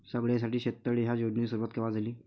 सगळ्याइसाठी शेततळे ह्या योजनेची सुरुवात कवा झाली?